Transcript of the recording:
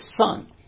Son